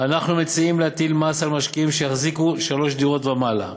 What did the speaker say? אנחנו מציעים להטיל מס על משקיעים שיחזיקו שלוש דירות ומעלה,